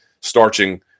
starching